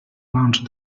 lunch